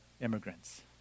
immigrants